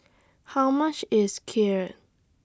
How much IS Kheer